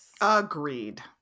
Agreed